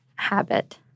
habit